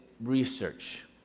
research